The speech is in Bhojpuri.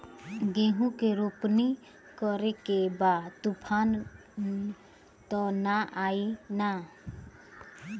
गेहूं के रोपनी करे के बा तूफान त ना आई न?